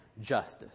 justice